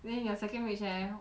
then your second wish leh